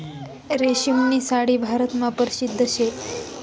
रेशीमनी साडी भारतमा परशिद्ध शे